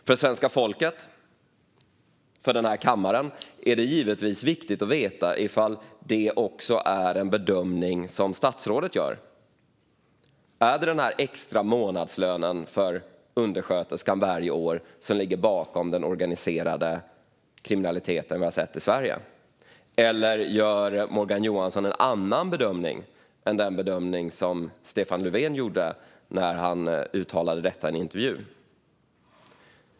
För svenska folket och för kammaren är det givetvis viktigt att veta om det är en bedömning som också statsrådet gör. Är det den extra månadslönen varje år för undersköterskan som ligger bakom den organiserade kriminaliteten i Sverige? Eller gör Morgan Johansson en annan bedömning än den bedömning som Stefan Löfven gjorde när han uttalade detta i en intervju?